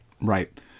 right